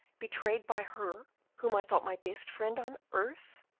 betrayed by her whom i thought my best friend on earth?